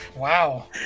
Wow